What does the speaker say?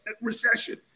recession